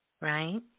right